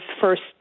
first